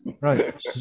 Right